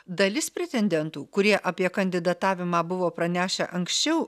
dalis pretendentų kurie apie kandidatavimą buvo pranešę anksčiau